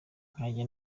nkajya